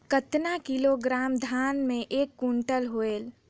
कतना किलोग्राम धान मे एक कुंटल होयल?